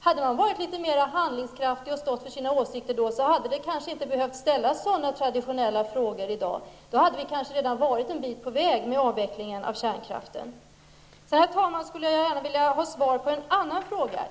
Hade man inom centerpartiet då varit litet mer handlingskraftig och stått för sina åsikter, hade det kanske inte behövt ställas några sådana traditionella frågor i dag. Då hade vi kanske redan varit en bit på väg när det gäller avvecklingen av kärnkraften. Herr talman! Jag skulle sedan gärna vilja ha svar på en annan fråga.